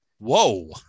Whoa